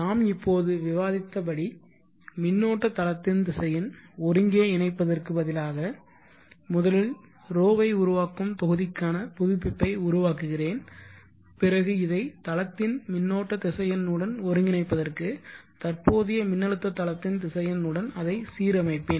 நாம் இப்போது விவாதித்தபடி மின்னோட்ட தளத்தின் திசையென் ஒருங்கே இணைப்பதற்கு பதிலாக முதலில் 𝜌 உருவாக்கும் தொகுதிக்கான புதுப்பிப்பை உருவாக்குகிறேன் பிறகு இதை தளத்தின் மின்னோட்ட திசையென் உடன் ஒருங்கிணைப்பதற்கு தற்போதைய மின்னழுத்த தளத்தின் திசையென் உடன் அதை சீரமைப்பேன்